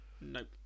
Nope